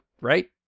right